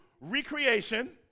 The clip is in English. recreation